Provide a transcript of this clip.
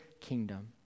kingdom